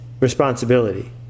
responsibility